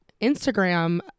Instagram